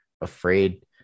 afraid